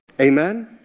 Amen